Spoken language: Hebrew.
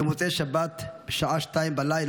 במוצאי שבת, בשעה 02:00,